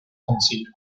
sencillos